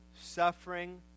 suffering